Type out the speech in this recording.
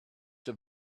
have